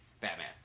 Batman